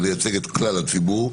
לייצג את כלל הציבור,